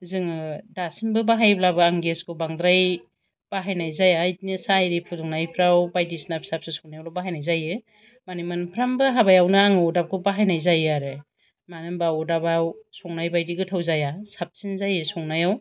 जोङो दासिमबो बाहायब्लाबो आं गेसखौ बांद्राय बाहायनाय जाया बिदिनो साहा आरि फुदुंनायफोराव बायदिसिना फिसा फिसौ संनायावल' बाहायनाय जायो माने मोनफ्रोमबो हाबायावनो आङो अरदाबखौ बाहायनाय जायो आरो मानो होनोबा अरदाबाव संनाय बायदि गोथाव जाया साबसिन जायो संनायाव